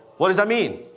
what does that mean?